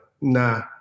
nah